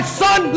son